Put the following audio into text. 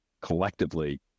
collectively